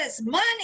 money